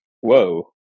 Whoa